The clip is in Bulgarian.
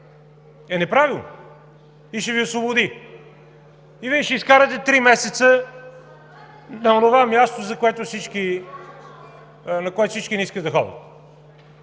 е неправилно и ще Ви освободи. И Вие ще изкарате три месеца на онова място, на което всички не искат да ходят,